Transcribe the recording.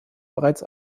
bereits